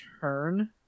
turn